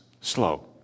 slow